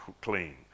clean